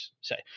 say